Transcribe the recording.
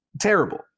terrible